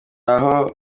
aho